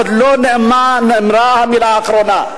עוד לא נאמרה המלה האחרונה.